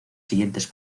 siguientes